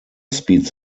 speeds